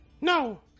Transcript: No